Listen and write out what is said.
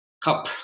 cup